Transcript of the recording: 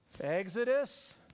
Exodus